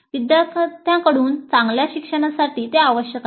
विद्यार्थ्यांकडून चांगल्या शिक्षणासाठी ते आवश्यक आहे